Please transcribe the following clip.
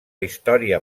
història